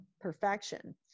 perfection